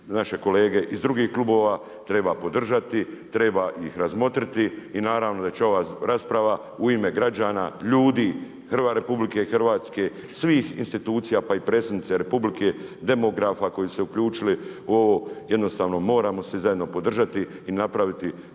naše kolege iz drugih klubova, treba podržati, treba ih razmotriti. I naravno da će ova rasprava u ime građana, ljudi RH, svih institucija pa i predsjednice Republike, demografa koji su se uključili u ovo jednostavno moramo svi zajedno podržati i napraviti